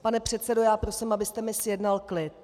Pane předsedo, prosím, abyste mi zjednal klid.